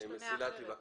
מסילתי, בבקשה.